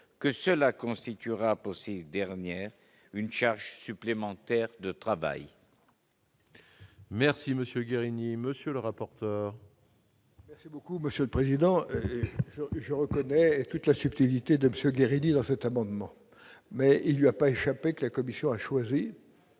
que cela constituerait possible dernière une charge supplémentaire de travail. Merci Monsieur Guérini, monsieur le rapporteur. Merci beaucoup monsieur le président je reconnais toute la subtilité de Monsieur Guérini dans cet amendement, mais il y a pas échappé que la commission a choisi.